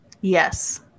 Yes